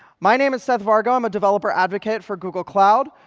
my name is seth vargo. i'm a developer advocate for google cloud.